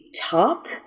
top